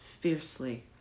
fiercely